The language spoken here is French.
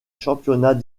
championnat